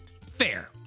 fair